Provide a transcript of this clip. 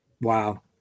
Wow